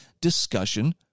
discussion